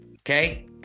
okay